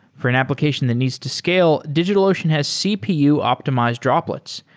for an application that needs to scale, digitalocean has cpu optimized droplets,